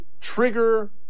trigger